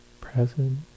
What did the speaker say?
Present